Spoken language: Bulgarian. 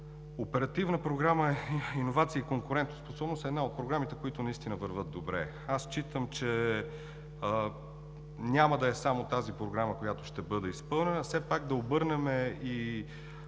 Оперативната програма „Иновации и конкурентоспособност“ е една от програмите, които наистина вървят добре. Считам, че няма да е само тази програма, която ще бъде изпълнена. Все пак, когато